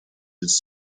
his